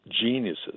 geniuses